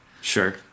Sure